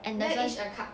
anderson